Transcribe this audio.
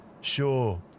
Sure